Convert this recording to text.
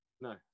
No